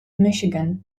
michigan